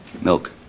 Milk